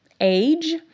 age